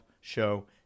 show